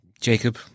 Jacob